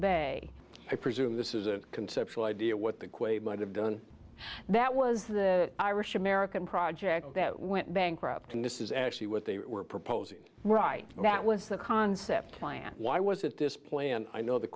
bay i presume this is a conceptual idea what the quake might have done that was the irish american project that went bankrupt and this is actually what they were proposing right that was a concept plan why was it this plan i know the